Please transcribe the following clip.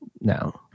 no